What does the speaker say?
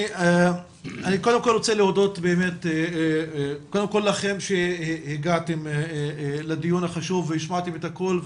אני קודם כל רוצה להודות לכם שהגעתם לדיון החשוב והשמעתם את הקול.